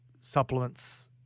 supplements